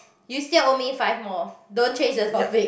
you still owe me five more don't change the topic